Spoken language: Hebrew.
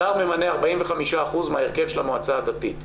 השר ממנה 45% מההרכב של המועצה הדתית.